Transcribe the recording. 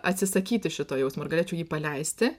atsisakyti šito jausmo ar galėčiau jį paleisti